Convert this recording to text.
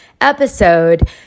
episode